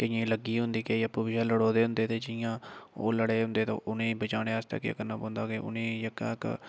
केइयें गी लग्गी दी होंदी केईं आपूं बिच्चें लड़े दे होंदे ते जियां ओह् लड़े दे होंदे ते उ'नेंगी बचाने आस्तै केह् करना पौंदा कि उ'नेंगी जेह्का इक